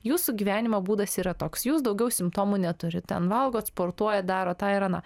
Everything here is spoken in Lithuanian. jūsų gyvenimo būdas yra toks jūs daugiau simptomų neturit ten valgot sportuojat darot tą ir aną